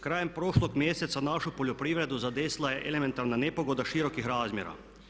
Krajem prošlog mjeseca našu poljoprivredu zadesila je elementarna nepogoda širokih razmjera.